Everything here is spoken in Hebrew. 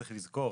צריך לזכור,